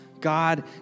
God